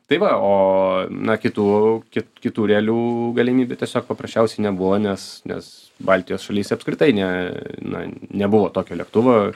tai va o na kitų kit kitų realių galimybių tiesiog paprasčiausiai nebuvo nes nes baltijos šalyse apskritai ne na nebuvo tokio lėktuvo